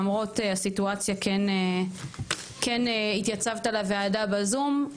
למרות הסיטואציה כן התייצבת לוועדה בזום.